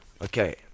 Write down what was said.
Okay